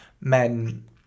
men